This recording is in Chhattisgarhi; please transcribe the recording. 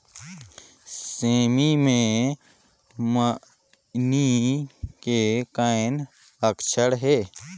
सेमी मे मईनी के कौन लक्षण हे?